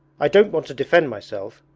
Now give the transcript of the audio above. i don't want to defend myself,